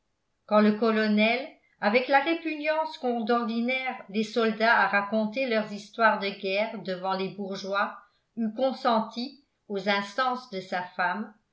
quand le colonel avec la répugnance qu'ont d'ordinaire les soldats à raconter leurs histoires de guerre devant les bourgeois eut consenti aux instances de sa femme